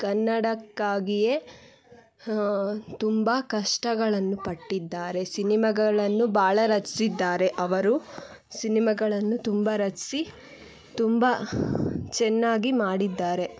ಕನ್ನಡಕ್ಕಾಗಿಯೇ ತುಂಬ ಕಷ್ಟಗಳನ್ನು ಪಟ್ಟಿದ್ದಾರೆ ಸಿನಿಮಾಗಳನ್ನು ಭಾಳ ರಚಿಸಿದ್ದಾರೆ ಅವರು ಸಿನಿಮಾಗಳನ್ನು ತುಂಬ ರಚಿಸಿ ತುಂಬ ಚೆನ್ನಾಗಿ ಮಾಡಿದ್ದಾರೆ